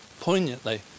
poignantly